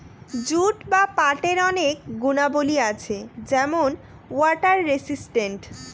jute বা পাটের অনেক গুণাবলী আছে যেমন ওয়াটার রেসিস্টেন্ট